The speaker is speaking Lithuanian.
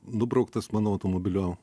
nubrauktas mano automobilio